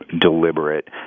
deliberate